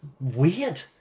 weird